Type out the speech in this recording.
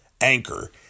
Anchor